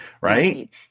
right